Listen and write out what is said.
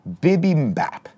bibimbap